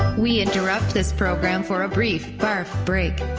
we interrupt this program for a brief barf break.